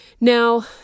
now